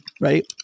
right